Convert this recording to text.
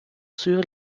sur